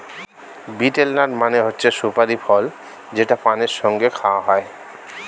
betel nut মানে হচ্ছে সুপারি ফল যেটা পানের সঙ্গে খাওয়া হয়